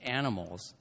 animals